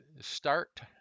start